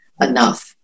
enough